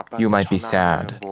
you might be sad